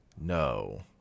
No